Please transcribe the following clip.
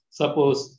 suppose